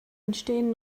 entstehen